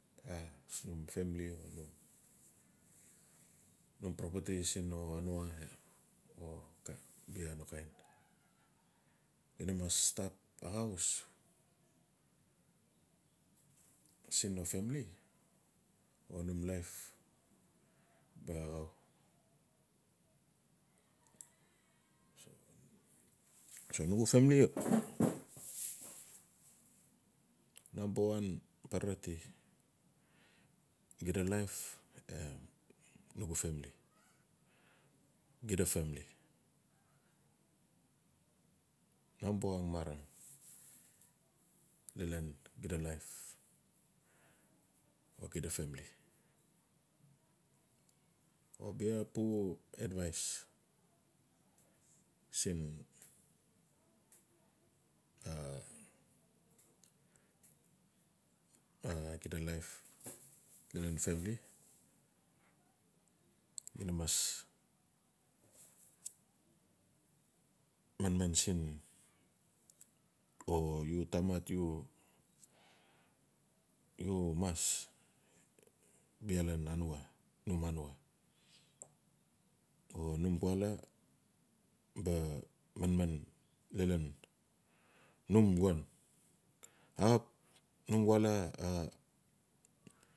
A num famili, num propeti siin no anua no kain, bia no kain di na mas stap axau siin no famili o num life ba axau. So nugu famili namba wan pa re tu xida life em nugu famili, xida famili. Naba wan marang lalan xida life o xida familu, o buia pu advais siin a xida life lalan famili di na mas manman siin o u tamat u mas, bia lan anua, num anua o num kwala ba manman lalan num woun axap num wala.